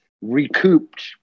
recouped